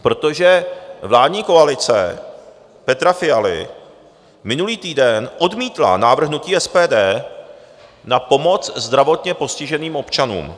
Protože vládní koalice Petra Fialy minulý týden odmítla návrh hnutí SPD na pomoc zdravotně postiženým občanům.